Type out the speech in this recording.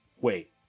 Wait